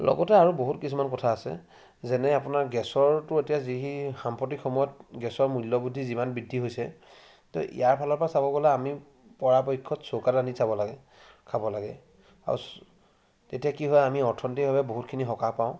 লগতে আৰু বহুত কিছুমান কথা আছে যেনে আপোনাৰ গেছৰটো এতিয়া যি সাম্প্ৰতিক সময়ত গেছৰ মূল্য বৃদ্ধি যিমান বৃদ্ধি হৈছে তো ইয়াৰ ফালৰপৰা চাব গ'লে আমি পৰাপক্ষত চৌকাত ৰান্ধি চাব লাগে খাব লাগে আৰু তেতিয়া কি হয় আমি অৰ্থনৈতিকভাৱে বহুতখিনি সকাহ পাওঁ